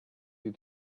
you